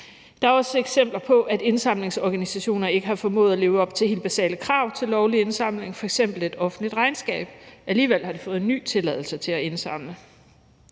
Der er også eksempler på, at indsamlingsorganisationer ikke har formået at leve op til helt basale krav til lovlig indsamling, f.eks. et offentligt regnskab. Alligevel har de fået en ny tilladelse til at indsamle.